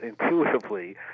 intuitively